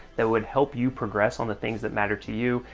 that would help you progress on the things that matter to you,